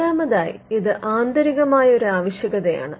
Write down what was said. നാലാമതായി ഇത് ആന്തരികമായ ഒരു ആവശ്യകതയാണ്